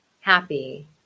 happy